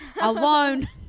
alone